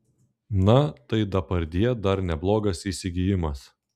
na tai depardjė dar neblogas įsigijimas